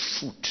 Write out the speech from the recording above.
foot